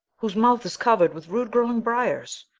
whose mouth is covered with rude-growing briers,